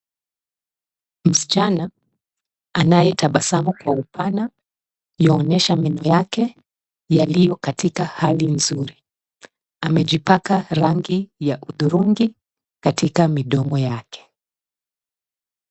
Mschana anayetabasamu kwa upana, yuaonyesha meno yake, yaliyo katika hali nzuri. Amejipaka rangi ya huthurungi katika midomo yake.